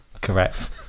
Correct